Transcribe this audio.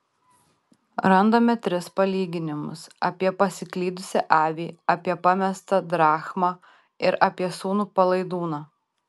randame tris palyginimus apie pasiklydusią avį apie pamestą drachmą ir apie sūnų palaidūną